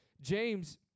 James